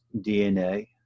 DNA